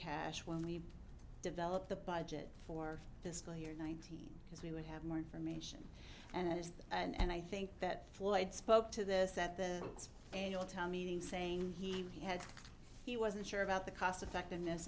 cash when we develop the budget for fiscal year nineteen because we would have more information and it is and i think that floyd spoke to this at the annual town meeting saying he had he wasn't sure about the cost effectiveness